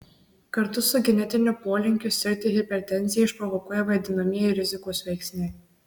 kartu su genetiniu polinkiu sirgti hipertenziją išprovokuoja vadinamieji rizikos veiksniai